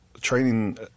training